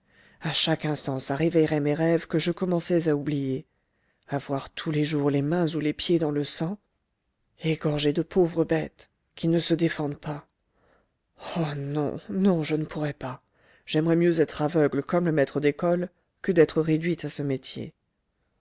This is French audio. à chaque instant ça réveillerait mes rêves que je commençais à oublier avoir tous les jours les mains ou les pieds dans le sang égorger de pauvres bêtes qui ne se défendent pas oh non non je ne pourrais pas j'aimerais mieux être aveugle comme le maître d'école que d'être réduit à ce métier